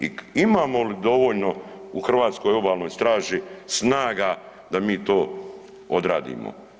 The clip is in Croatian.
I imamo li dovoljno u Hrvatskoj obalnoj straži snaga da mi to odradimo?